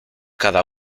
cada